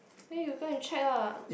then you go and check ah